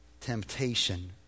temptation